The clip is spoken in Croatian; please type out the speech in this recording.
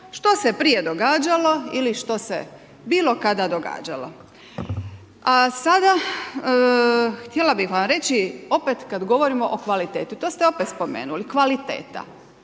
što se prije događalo ili što se bilo kada događalo. A sada, htjela bih vam reći opet kad govorimo o kvaliteti, to ste opet spomenuli, kvaliteta.